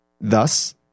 Thus